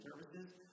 services